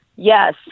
Yes